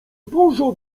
dużo